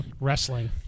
wrestling